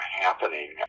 happening